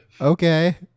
Okay